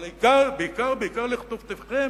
אבל בעיקר לכתובתכם.